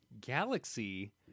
galaxy